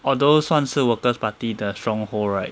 although 算是 workers' party 的 stronghold right